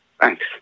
Thanks